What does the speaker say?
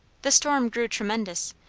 the storm grew tremendous,